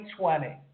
2020